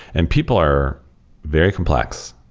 and people are very complex.